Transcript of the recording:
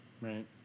Right